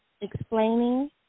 explaining